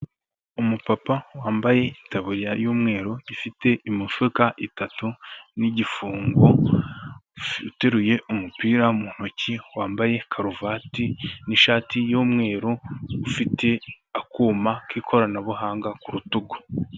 Umupapa wambaye itaburiya y'umweru ifite imifuka itatu n'igifungo, uteruye umupira mu ntoki, wambaye karuvati n'ishati y'umweru ufite akuma k'ikoranabuhanga ku rutugu.